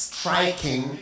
Striking